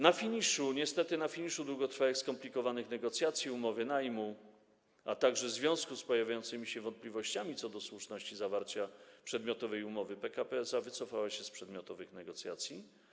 Niestety na finiszu długotrwałych i skomplikowanych negocjacji umowy najmu, a także w związku z pojawiającymi się wątpliwościami co do słuszności zawarcia przedmiotowej umowy, PKP SA wycofała się z przedmiotowych negocjacji.